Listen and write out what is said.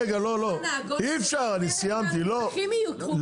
שהמוסכים ייקחו חלק.